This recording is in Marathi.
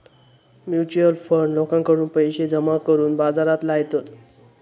म्युच्युअल फंड लोकांकडून पैशे जमा करून बाजारात लायतत